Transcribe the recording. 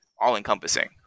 all-encompassing